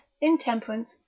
intemperance